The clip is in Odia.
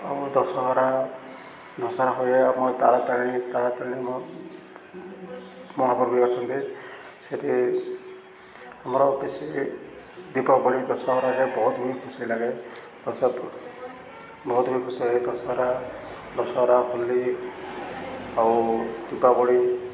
ଆଉ ଦଶହରା ଦଶହରା ହୁଏ ଆମ ତାରାତାଣୀ ତାରାତାରିଣୀ ମୋ ବି ଅଛନ୍ତି ସେଠି ଆମର କିଛି ଦୀପାବଳି ଦଶହରାରେ ବହୁତ ବି ଖୁସି ଲାଗେ ବହୁତ ବି ଖୁସି ଲାଗେ ଦଶହରା ଦଶହରା ହୋଲି ଆଉ ଦୀପାବଳି